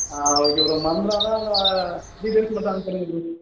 ஆ okay bro மறந்துடாம உங்கள் details மட்டும் அனுப்பிச்சு விடுங்க ப்ரோ